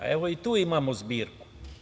Evo, i tu imamo zbirku.